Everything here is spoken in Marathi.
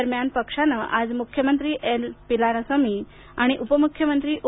दरम्यान पक्षाने आज मुख्यमंत्री ए पलानिसामी आणि उपमुख्यमंत्री ओ